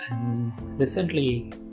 recently